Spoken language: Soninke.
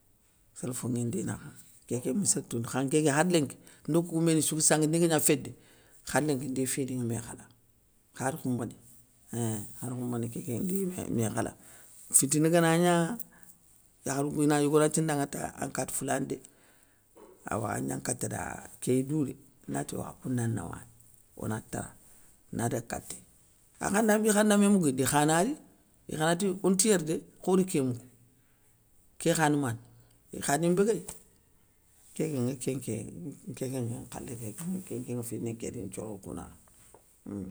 Télfo nŋi ndi nakha, nkéké mi sér tou dé kha nkéké khar lénki ndo koukou mbéni souga sanga ndi ga gna fédé, khar lénki ndi fini ŋa mé khala, khar khoumbéné heinnnn khar khoumbéné nkéké ndiya mé mé khala. Fitina gana gna, yakharou kou ina yogonati ndanŋa ta an katifoulané dé, awa agna kata da, kéyi doudé nati yo khakou na nawari, ona tara, nadaga katéy, akhanda guir khanda mé mougoundi ikha na ri ikha nati onti yér dé, khodi ké mougou, kékha ni mané, ikhani mbéguéy, kénŋ nŋa kénké nkékénŋa nŋi nkhalé kénkén fini nké di nthioro kou nakha ummm.